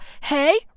Hey